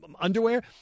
Underwear